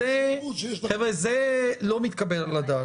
חבר'ה, זה לא מתקבל על הדעת.